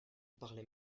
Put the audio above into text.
parlait